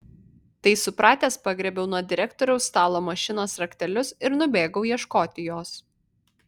tai supratęs pagriebiau nuo direktoriaus stalo mašinos raktelius ir nubėgau ieškoti jos